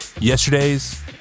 Yesterdays